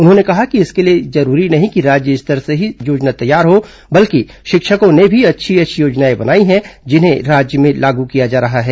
उन्होंने कहा कि इसके लिए जरूरी नहीं है कि राज्य स्तर से ही योजना तैयार हो बल्कि शिक्षकों ने भी अच्छी अच्छी योजनाएं बनाई हैं जिसे राज्य में लागू किया जा रहा है